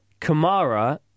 Kamara